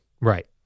Right